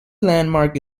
landmark